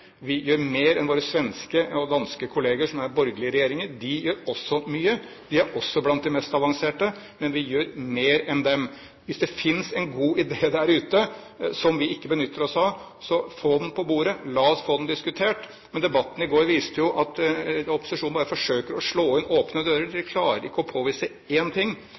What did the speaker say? Vi gjør mer enn våre svenske og danske kolleger, som er borgerlige regjeringer. De gjør også mye, de er også blant de mest avanserte, men vi gjør mer enn dem. Hvis det finnes en god idé der ute som vi ikke benytter oss av, så få den på bordet, la oss få den diskutert. Men debatten i går viste jo at opposisjonen bare forsøker å slå inn åpne dører – de klarer ikke å påvise én ting